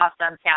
awesome